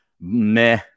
meh